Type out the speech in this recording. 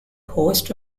host